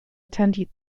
attend